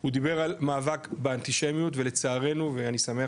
הוא דיבר על מאבק באנטישמיות ולצערנו ואני שמח